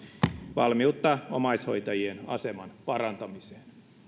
valmiutta omaishoitajien aseman parantamiseen